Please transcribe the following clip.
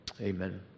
amen